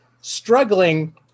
struggling